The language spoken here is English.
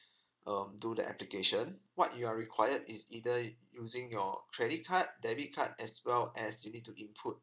um do the application what you are required is either using your credit card debit card as well as you need to input